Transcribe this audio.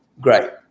great